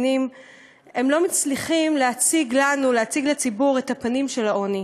הם לא מצליחים להציג לציבור את הפנים של העוני.